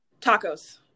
Tacos